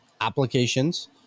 applications